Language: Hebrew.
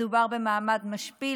מדובר במעמד משפיל.